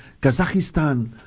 Kazakhstan